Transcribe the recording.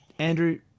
Andrew